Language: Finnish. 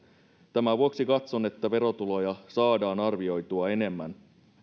tämän vuoksi katson että verotuloja saadaan arvioitua enemmän